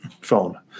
phone